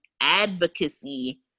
advocacy